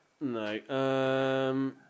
No